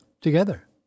Together